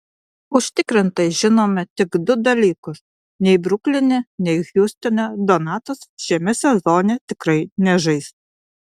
užtikrintai žinome tik du dalykus nei brukline nei hjustone donatas šiame sezone tikrai nežais